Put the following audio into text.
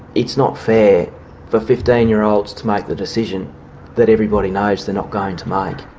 it's not fair for fifteen year olds to make the decision that everybody knows they're not going to make.